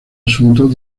asuntos